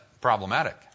problematic